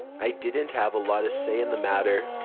i didn't have a lot of say in the matter.